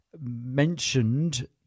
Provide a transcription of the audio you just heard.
mentioned